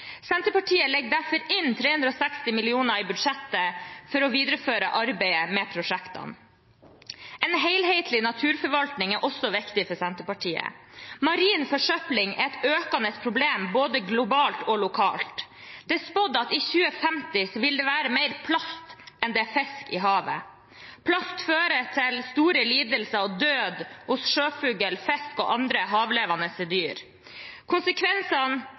Senterpartiet legger derfor inn 360 mill. kr i budsjettet for å videreføre arbeidet med prosjektene. En helhetlig naturforvaltning er også viktig for Senterpartiet. Marin forsøpling er et økende problem både globalt og lokalt. Det er spådd at i 2050 vil det være mer plast enn fisk i havet. Plast fører til store lidelser og død hos sjøfugl, fisk og andre havlevende dyr. Konsekvensene